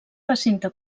recinte